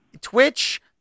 Twitch